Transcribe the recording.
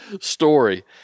story